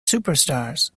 superstars